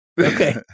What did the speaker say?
Okay